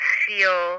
feel